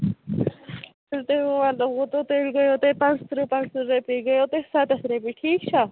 تیٚلہِ گٔیو تۄہہِ پانٛژھ تٕرٛہ پانٛژھ تٕرٛہ رۄپیہِ یہِ گٔیو تۄہہِ سَتَتھ رۄپیہِ ٹھیٖک چھےٚ